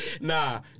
Nah